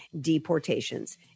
deportations